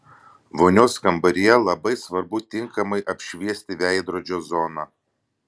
vonios kambaryje labai svarbu tinkamai apšviesti veidrodžio zoną